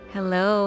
Hello